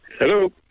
Hello